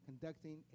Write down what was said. conducting